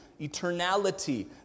eternality